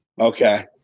Okay